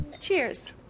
Cheers